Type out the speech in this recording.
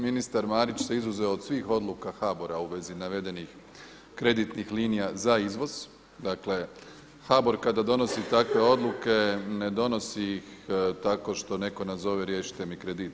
Ministar Marić se izuzeo od svih odluka HBRO-a u vezi navedenih kreditnih linija za izvoz, dakle HBOR kada donosi takve odluke ne donosi ih tako što neko nazove riješite mi kredit.